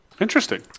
Interesting